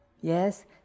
YES